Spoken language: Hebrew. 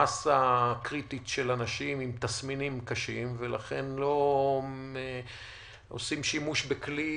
מסה קריטית של אנשים עם תסמינים קשים ולכן לא עושים שימוש בכלי